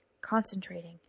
Concentrating